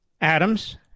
Adams